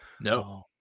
no